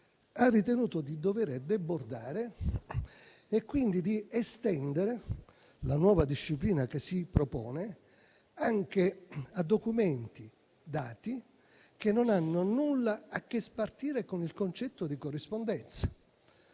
ha ritenuto di dover debordare e quindi di estendere la nuova disciplina che si propone anche a documenti e dati che non hanno nulla a che spartire con il concetto di corrispondenza,